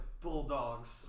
bulldogs